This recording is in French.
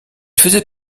faisait